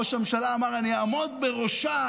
ראש הממשלה אמר: אני אעמוד בראשה,